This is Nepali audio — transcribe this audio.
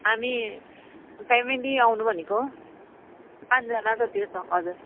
हामी फेमिली आउनु भनेको पाँचजना जति छौँ हजुर